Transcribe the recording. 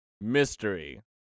Mystery